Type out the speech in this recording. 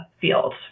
field